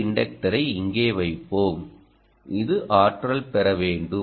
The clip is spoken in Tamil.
ஒரு இன்டக்டரை இங்கே வைப்போம் இது ஆற்றல் பெற வேண்டும்